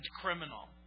criminal